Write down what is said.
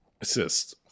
Assist